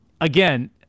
Again